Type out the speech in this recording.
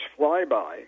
flyby